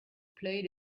played